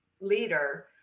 leader